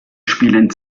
spielen